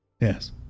Yes